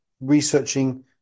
researching